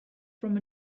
from